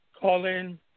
call-in